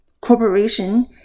Corporation